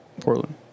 Portland